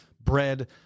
bread